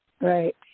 Right